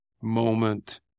moment